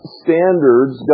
standards